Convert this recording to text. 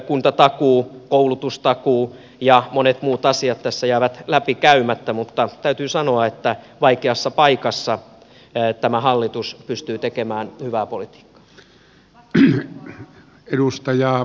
toki yhteiskuntatakuu koulutustakuu ja monet muut asiat tässä jäävät läpikäymättä mutta täytyy sanoa että vaikeassa paikassa tämä hallitus pystyy tekemään hyvää politiikkaa